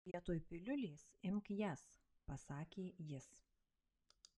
vietoj piliulės imk jas pasakė jis